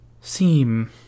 seem